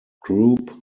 groupe